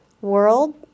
world